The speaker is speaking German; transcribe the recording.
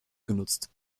genutzt